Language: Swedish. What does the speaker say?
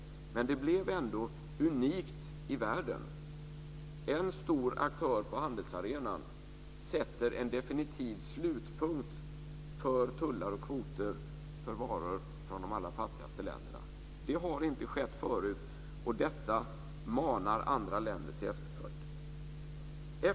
Men det blev ändå unikt i världen. En stor aktör på handelsarenan sätter en definitiv slutpunkt för tullar och kvoter för varor från de allra fattigaste länderna. Det har inte skett förut, och detta manar andra länder till efterföljd.